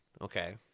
Okay